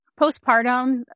postpartum